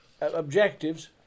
objectives